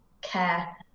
care